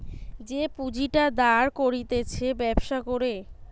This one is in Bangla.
যে পুঁজিটা দাঁড় করতিছে ব্যবসা করে